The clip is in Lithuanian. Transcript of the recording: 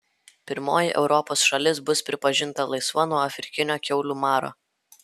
pirmoji europos šalis bus pripažinta laisva nuo afrikinio kiaulių maro